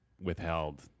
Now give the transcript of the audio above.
withheld